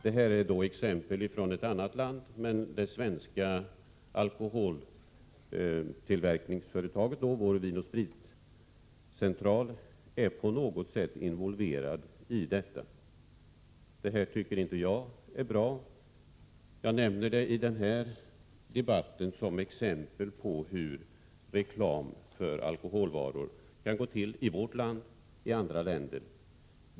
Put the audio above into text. Detta är exempel från ett annat land, men det svenska alkoholtillverkningsföretaget, Vinoch spritcentralen, är på något sätt involverad. Det tycker inte jag är bra. Jag nämner det i den här debatten som exempel på hur reklam för alkoholvaror kan gå till i vårt land och i andra länder.